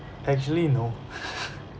actually no